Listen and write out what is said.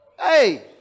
Hey